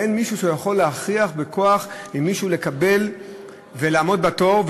ואין מישהו שיכול להכריח בכוח מישהו לעמוד בתור,